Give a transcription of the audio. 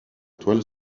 toile